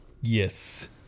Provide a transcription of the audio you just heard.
Yes